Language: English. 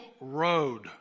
Road